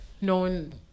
known